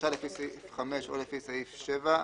דרישה לפי סעיף 5 או לפי סעיף 7,